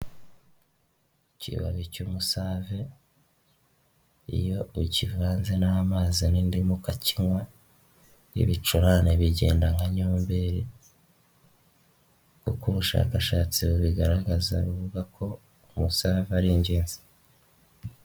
Ikibabi cy'umusave, iyo ukivanze n'amazi n'indimu ukakinywa, ibicurane bigenda nka nyomberi, kuko ubushakashatsi bubigaragaza buvuga ko umusave ari ingenzi.